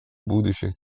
будущих